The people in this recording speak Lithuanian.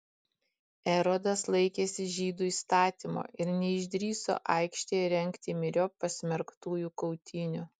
erodas laikėsi žydų įstatymo ir neišdrįso aikštėje rengti myriop pasmerktųjų kautynių